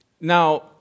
Now